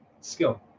Skill